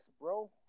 bro